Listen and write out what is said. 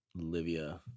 Olivia